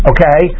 Okay